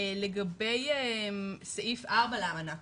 לגבי סעיף 4 לאמנה,